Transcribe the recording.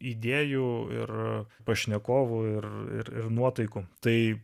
idėjų ir pašnekovų ir nuotaikų tai